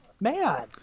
Man